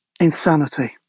Insanity